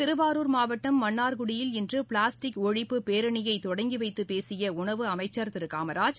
திருவாரூர் மாவட்டம் மன்னார்குடியில் இன்று பிளாஸ்டிக் ஒழிப்புப் பேரனியை தொடங்கி வைத்து பேசிய உணவு அமைச்சர் திரு காமராஜ்